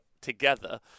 together